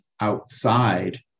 outside